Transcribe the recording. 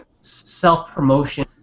self-promotion